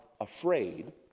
afraid